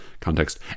context